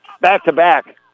Back-to-back